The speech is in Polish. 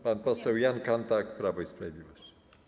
Pan poseł Jan Kanthak, Prawo i Sprawiedliwość.